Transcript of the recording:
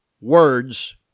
Words